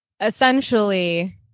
essentially